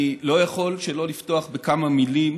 אני לא יכול שלא לפתוח בכמה מילים